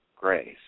grace